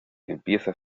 empieza